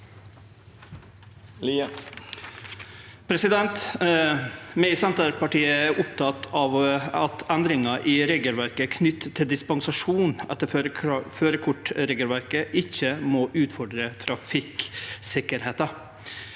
Vi i Senterpartiet er opptekne av at endringar i regelverket knytte til dispensasjon etter førarkortregelverket ikkje må utfordre trafikksikkerheita,